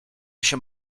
się